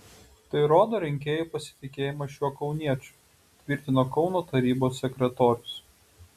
tai rodo rinkėjų pasitikėjimą šiuo kauniečiu tvirtino kauno tarybos sekretorius